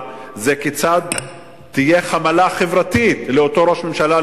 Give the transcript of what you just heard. זה כיצד תהיה חמלה חברתית לאותו ראש ממשלה,